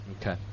Okay